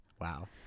Wow